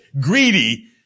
greedy